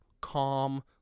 calm